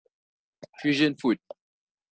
fusion food